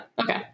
Okay